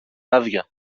άδεια